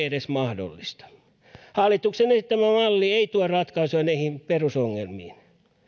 edes mahdollista hallituksen esittämä malli ei tuo ratkaisua näihin perusongelmiin